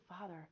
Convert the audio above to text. Father